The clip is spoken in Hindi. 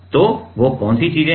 तो वो कौन सी चीजें हैं